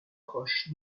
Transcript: proche